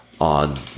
on